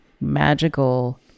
magical